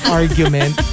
argument